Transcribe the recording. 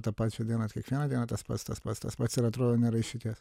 tą pačią dieną kiekvieną dieną tas pats tas pats tas pats ir atrodo nėra išeities